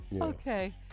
Okay